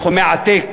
סכומי עתק,